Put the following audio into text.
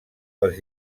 les